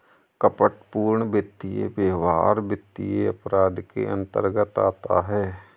कपटपूर्ण वित्तीय व्यवहार वित्तीय अपराध के अंतर्गत आता है